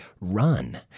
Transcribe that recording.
run